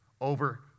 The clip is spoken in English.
over